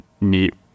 neat